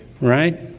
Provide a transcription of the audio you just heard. right